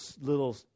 little